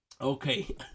Okay